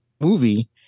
movie